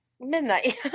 midnight